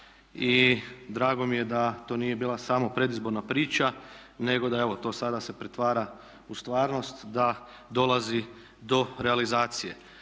i drago mi je da to nije bila samo predizborna priča nego da evo to sada se pretvara u stvarnost da dolazi do realizacije.